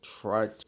try